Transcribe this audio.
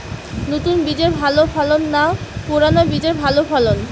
নতুন বীজে ভালো ফলন না পুরানো বীজে ভালো ফলন?